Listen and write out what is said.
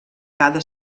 cada